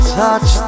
touch